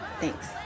thanks